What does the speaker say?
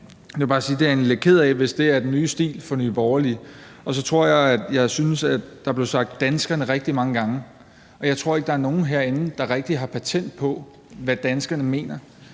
jeg vil bare sige, at jeg egentlig er lidt ked af det, hvis det er den nye stil fra Nye Borgerlige. Så synes jeg, at der blev sagt »danskerne« rigtig mange gange, og jeg tror ikke, der er nogen herinde, der rigtig har patent på, hvad danskerne mener.